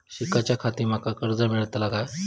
शिकाच्याखाती माका कर्ज मेलतळा काय?